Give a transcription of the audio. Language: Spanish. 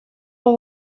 con